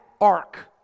ark